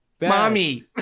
Mommy